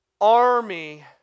army